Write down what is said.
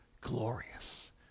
glorious